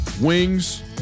Wings